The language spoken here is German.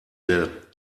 der